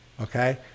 okay